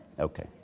Okay